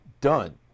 done